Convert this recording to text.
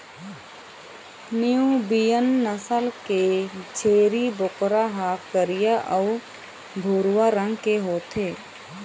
Nubian नसल के छेरी बोकरा ह करिया अउ भूरवा रंग के होथे